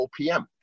OPM